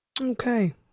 Okay